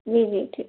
جی جی ٹھیک